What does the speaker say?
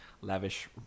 lavish